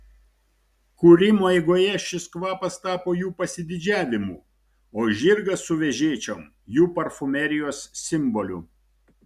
kūrimo eigoje šis kvapas tapo jų pasididžiavimu o žirgas su vežėčiom jų parfumerijos simboliu